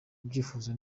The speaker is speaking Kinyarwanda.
ibyifuzo